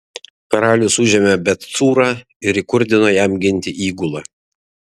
karalius užėmė bet cūrą ir įkurdino jam ginti įgulą